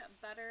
butter